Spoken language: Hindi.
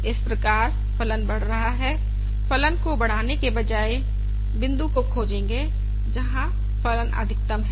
इस प्रकार फलन बढ़ रहा है फलन को बढ़ाने के बजाय बिंदु को खोजेंगे जहां फलन अधिकतम है